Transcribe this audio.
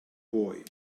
boy